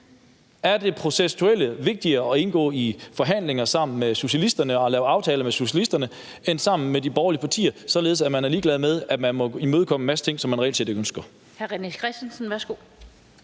Er det processuelt vigtigere at indgå i forhandlinger sammen med socialisterne og at lave aftaler med socialisterne end sammen med de borgerlige partier, således at man er ligeglad med, at man må imødekomme en masse ting, som man reelt set ikke ønsker?